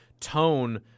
tone